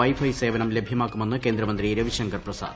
Y phi സേവനം ലഭൃമാക്കുമെന്ന് കേന്ദ്രമന്ത്രി രവിശങ്കർ പ്രപസാദ്